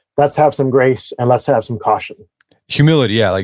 let's have some grace and let's have some caution humility, yeah. like